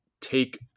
take